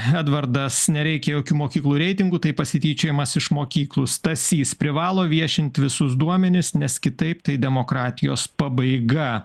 edvardas nereikia jokių mokyklų reitingų tai pasityčiojimas iš mokyklų stasys privalo viešinti visus duomenis nes kitaip tai demokratijos pabaiga